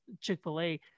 Chick-fil-A